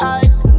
ice